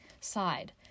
side